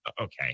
okay